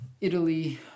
Italy